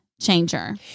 Changer